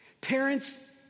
Parents